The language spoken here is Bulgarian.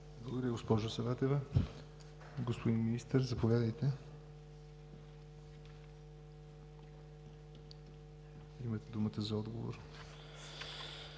Благодаря, госпожо Саватева. Господин Министър, заповядайте. Имате думата за отговор.